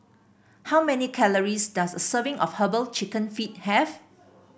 how many calories does a serving of herbal chicken feet have